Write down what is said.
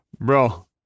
bro